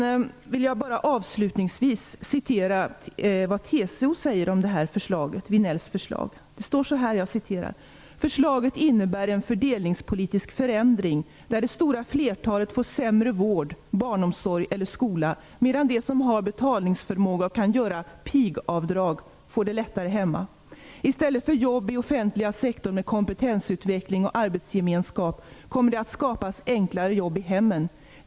Avslutningsvis vill jag återge vad TCO säger om Vinells förslag: Förslaget innebär en fördelningspolitisk förändring där det stoa flertalet får sämre vård, barnomsorg eller skola, medan de som har betalningsförmåga kan göra pigavdrag och få det lättare hemma. I stället för jobb i offentliga sektorn med kompetensutveckling och arbetsgemenskap kommer det att skapas enklare jobb i hemmen.